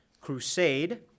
*Crusade*